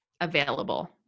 available